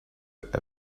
that